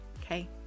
okay